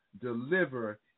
deliver